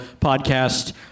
podcast